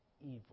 evil